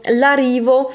l'arrivo